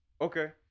Okay